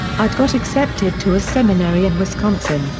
i'd got accepted to a seminary in wisconsin,